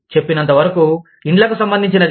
చెప్పినంతవరకు ఇండ్లకు సంబంధించినది